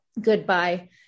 goodbye